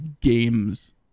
games